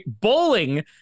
Bowling